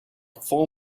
full